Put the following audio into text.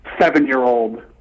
seven-year-old